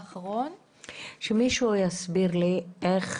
שמישהו יסביר לי איך